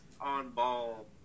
on-ball